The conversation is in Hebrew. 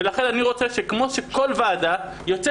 ולכן אני רוצה שכמו שכל ועדה יוצא